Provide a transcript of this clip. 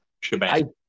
shebang